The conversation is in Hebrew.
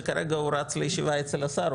שכרגע הוא רץ לישיבה אצל השר,